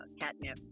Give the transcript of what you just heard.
catnip